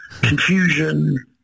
confusion